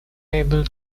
able